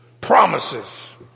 promises